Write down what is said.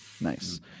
Nice